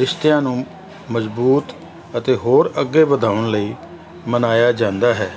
ਰਿਸ਼ਤਿਆਂ ਨੂੰ ਮਜ਼ਬੂਤ ਅਤੇ ਹੋਰ ਅੱਗੇ ਵਧਾਉਣ ਲਈ ਮਨਾਇਆ ਜਾਂਦਾ ਹੈ